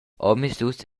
omisdus